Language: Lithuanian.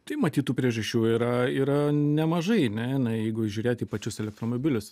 tai matyt tų priežasčių yra yra nemažai ne na jeigu žiūrėt į pačius elektromobilius